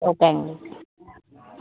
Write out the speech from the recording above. okay అండి